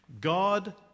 God